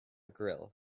grill